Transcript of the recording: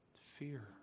Fear